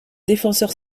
défenseur